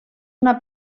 una